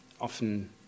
often